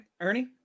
Ernie